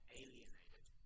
alienated